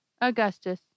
Augustus